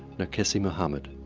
nerkesi muhammed,